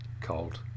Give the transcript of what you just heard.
cold